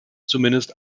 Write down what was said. zumindest